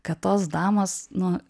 kad tos damos nu